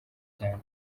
cyane